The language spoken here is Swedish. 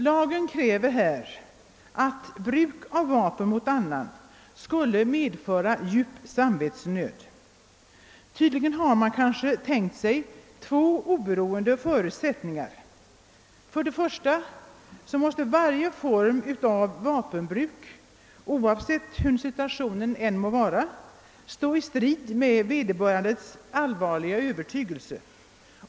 Lagen kräver härvidlag att »bruk av vapen mot annan ——— skulle medföra djup samvetsnöd —— Tydligen har man tänkt sig två oberoende förutsättningar. För det första måste varje form av vapenbruk, oavsett hurudan situationen må vara, stå i strid med vederbörandes allvarliga övertygelse.